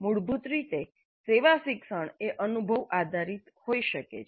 મૂળભૂત રીતે સેવા શિક્ષણ એ અનુભવ આધારિત હોઈ શકે છે